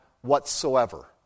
whatsoever